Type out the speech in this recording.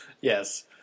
Yes